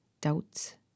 doubts